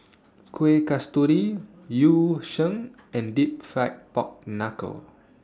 Kuih Kasturi Yu Sheng and Deep Fried Pork Knuckle